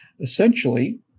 essentially